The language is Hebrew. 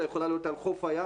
אלא יכולה להיות על חוף הים,